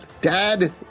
dad